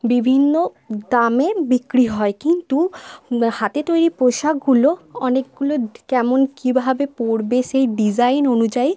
বিভিন্ন দামে বিক্রি হয় কিন্তু হাতে তৈরি পোশাকগুলো অনেকগুলো কেমন কিভাবে পরবে সেই ডিজাইন অনুযায়ী